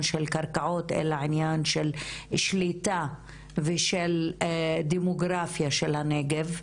של קרקעות אלא עניין של שליטה ושל הדמוגרפיה של הנגב,